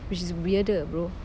which is weirder bro